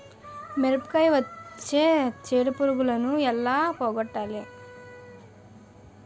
మిరపకు వచ్చే చిడపురుగును ఏల పోగొట్టాలి?